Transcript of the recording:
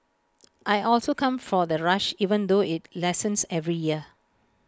I also come for the rush even though IT lessens every year